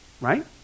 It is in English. Right